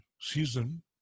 season